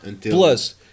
Plus